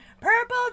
purple